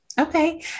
Okay